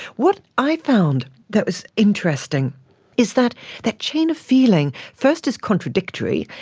what i found that was interesting is that that chain of feeling first is contradictory,